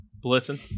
Blitzen